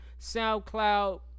SoundCloud